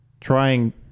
trying